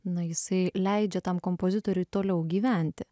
na jisai leidžia tam kompozitoriui toliau gyventi